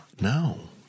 No